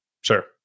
Sure